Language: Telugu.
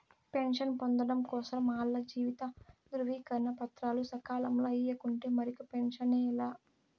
పెన్షన్ పొందడం కోసరం ఆల్ల జీవిత ధృవీకరన పత్రాలు సకాలంల ఇయ్యకుంటే మరిక పెన్సనే లా